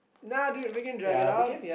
nah dude we can drag it out